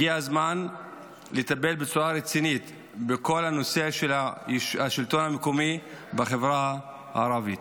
הגיע הזמן לטפל בצורה רצינית בכל הנושא של השלטון המקומי בחברה הערבית.